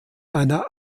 einer